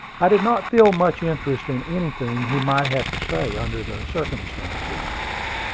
i did not feel much interest in anything he might have to say under the circumstances.